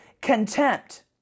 contempt